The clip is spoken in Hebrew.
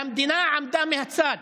והמדינה עמדה מהצד